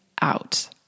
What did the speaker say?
out